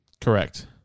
Correct